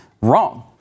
wrong